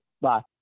Bye